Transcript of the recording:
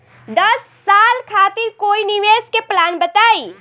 दस साल खातिर कोई निवेश के प्लान बताई?